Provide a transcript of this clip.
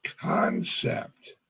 concept